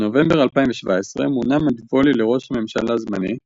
בנובמבר 2017 מונה מדבולי לראש הממשלה זמני,